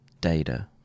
data